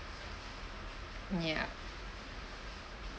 ya